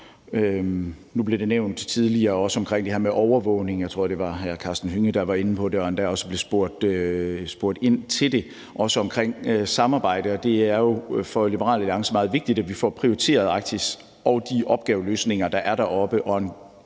Nu blev der også tidligere nævnt det her med overvågning; jeg tror, at det var hr. Karsten Hønge, der var inde på det og endda også blev spurgt ind til det, også omkring samarbejde. Det er for Liberal Alliance meget vigtigt, at vi får prioriteret Arktis og at løse de opgaver, der er deroppe,